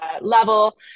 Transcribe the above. level